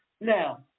Now